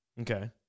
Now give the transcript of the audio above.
Okay